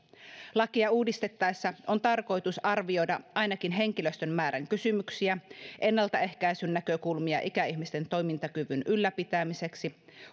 lakia uudistettaessa on tarkoitus arvioida ainakin henkilöstön määrän kysymyksiä ennaltaehkäisyn näkökulmia ikäihmisten toimintakyvyn ylläpitämiseksi